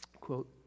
Quote